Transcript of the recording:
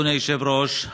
אדוני היושב-ראש,